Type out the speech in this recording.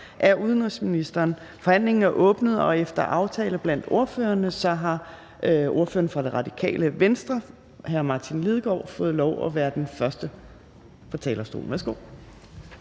(Trine Torp): Forhandlingen er åbnet. Efter aftale blandt ordførerne har ordføreren for Radikale Venstre, hr. Martin Lidegaard, fået lov at være den første på talerstolen.